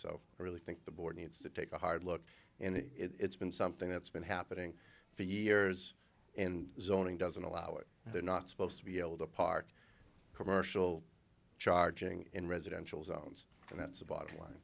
so i really think the board needs to take a hard look and it's been something that's been happening for years and zoning doesn't allow it and they're not supposed to be able to park commercial charging in residential zones and that's a bottom line